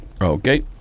okay